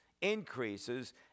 increases